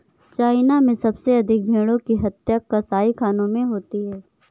China में सबसे अधिक भेंड़ों की हत्या कसाईखानों में होती है